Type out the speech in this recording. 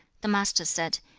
the master said,